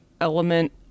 element